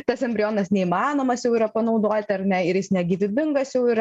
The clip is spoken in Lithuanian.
tas embrionas neįmanomas jau yra panaudoti ar ne ir jis negyvybingas jau yra